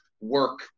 work